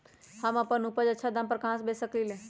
हम अपन उपज अच्छा दाम पर कहाँ बेच सकीले ह?